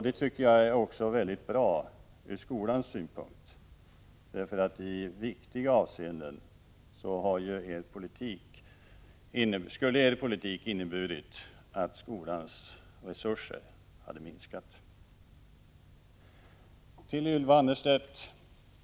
Det tycker jag är mycket bra även ur skolans synpunkt, eftersom moderaternas politik i viktiga avseenden skulle ha inneburit att skolans resurser hade minskat.